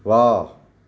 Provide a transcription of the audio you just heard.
वाह